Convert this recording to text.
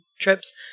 trips